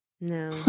No